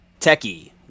Techie